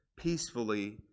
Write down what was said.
peacefully